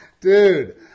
dude